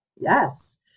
Yes